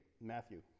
Matthew